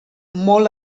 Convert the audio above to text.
molt